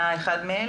אתה אחד מהם,